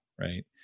right